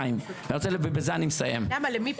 למי פנית?